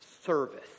service